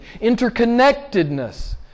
interconnectedness